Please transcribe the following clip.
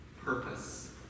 purpose